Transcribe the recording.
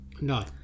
No